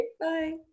Bye